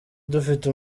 dufite